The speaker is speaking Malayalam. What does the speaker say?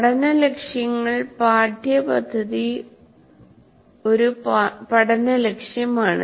പഠന ലക്ഷ്യങ്ങൾ പാഠ്യപദ്ധതി ഒരു പഠന ലക്ഷ്യമാണ്